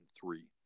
three